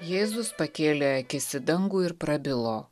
jėzus pakėlė akis į dangų ir prabilo